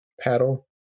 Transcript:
paddle